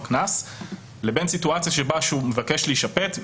לבין סיטואציה שבה הוא מבקש להישפט,